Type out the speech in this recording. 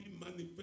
manifest